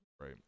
right